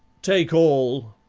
take all,